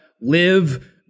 live